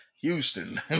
Houston